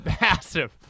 massive